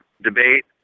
debate